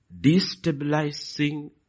destabilizing